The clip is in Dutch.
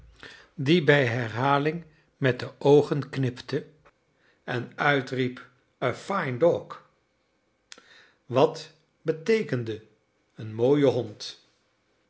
die bij herhaling met de oogen knipte en uitriep a fine dog wat beteekende een mooie hond